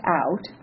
out